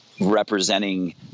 representing